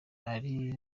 ari